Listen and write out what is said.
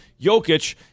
Jokic